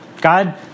God